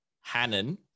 Hannon